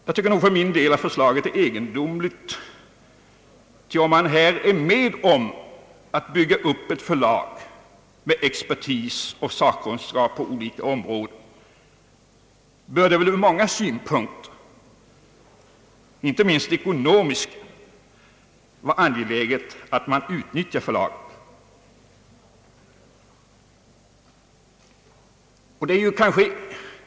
Jag tycker att detta förslag är egendomligt, ty om man vill vara med om att bygga upp ett förlag med expertis och sakkunskap på olika områden, bör det väl ur många synpunkter — inte minst ekonomiska — vara angeläget att man utnyttjar förlagen.